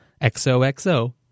XOXO